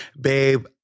babe